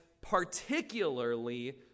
particularly